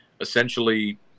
essentially